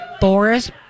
Boris